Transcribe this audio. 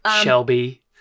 Shelby